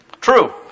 True